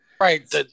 Right